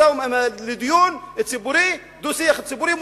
דו-שיח ציבורי,